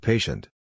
Patient